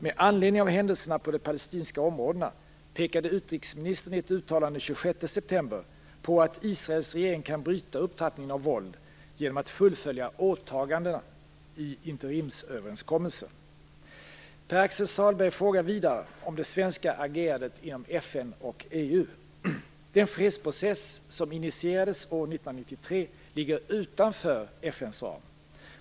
Med anledning av händelserna på de palestinska områdena pekade utrikesministern i ett uttalande den 26 september på att Israels regering kan bryta upptrappningen av våld genom att fullfölja åtagandena i interimsöverenskommelsen. Pär-Axel Sahlberg frågar vidare om det svenska agerandet inom FN och EU. Den fredsprocess som initierades år 1993 ligger utanför FN:s ram.